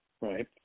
right